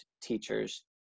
teachers